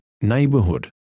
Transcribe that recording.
neighborhood